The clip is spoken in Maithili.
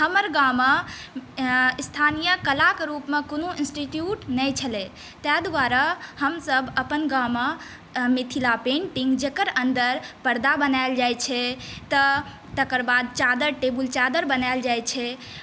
हमर गाँवमे स्थानीय कलाकेँ रूपमे कोनो इन्स्टिचुट नहि छलै तैॅं दुआरे हमसभ अपन गाँवमे मिथिला पेन्टिंग जेकर अन्दर पर्दा बनाएल जाइत छै तऽ तकर बाद चादरि टेबुल चादरि बनाएल जाइत छै